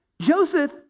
Joseph